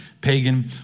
pagan